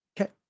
okay